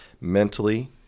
mentally